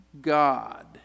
God